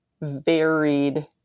varied